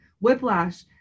whiplash